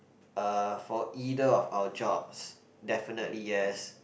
uh for either of our jobs definitely yes